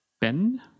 Ben